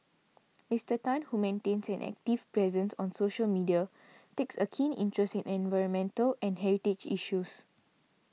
Mister Tan who maintains an active presence on social media takes a keen interest in environmental and heritage issues